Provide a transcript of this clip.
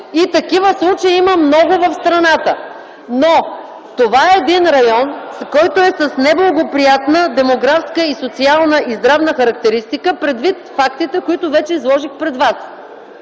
и такива случаи има много в страната. Това е един район, който е с неблагоприятна демографска, социална и здравна характеристика предвид фактите, които вече изложих пред вас.